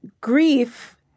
grief